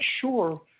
sure